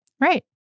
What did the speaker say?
right